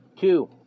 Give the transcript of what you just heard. two